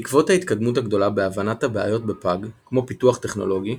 בעקבות ההתקדמות הגדולה בהבנת הבעיות בפג כמו פיתוח טכנולוגי,